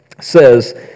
says